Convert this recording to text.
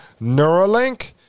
Neuralink